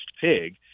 pig